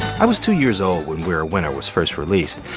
i was two years old when we're a winner was first released.